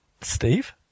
Steve